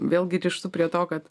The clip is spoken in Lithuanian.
vėlgi grįžtu prie to kad